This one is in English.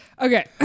Okay